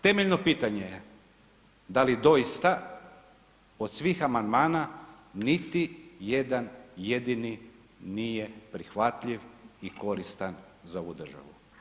Temeljno pitanje je, da li doista od svih amandmana niti jedan jedini nije prihvatljiv i koristan za ovu državu?